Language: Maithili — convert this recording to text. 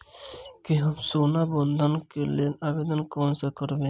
की हम सोना बंधन कऽ लेल आवेदन कोना करबै?